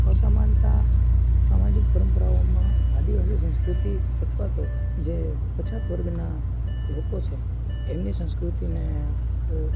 અસમાનતા સામાજિક પરંપરાઓમાં આદિવાસી સંસ્કૃતિ અથવા તો જે પછાત વર્ગના લોકો છે એમની સંસ્કૃતિને